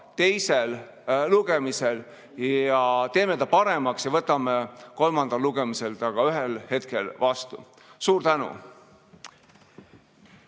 teisel lugemisel, teeme ta paremaks ning võtame kolmandal lugemisel selle ühel hetkel ka vastu. Suur tänu!